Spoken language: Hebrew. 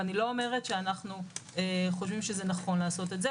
ואני לא אומרת שאנחנו חושבים שזה נכון לעשות את זה,